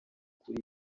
kuri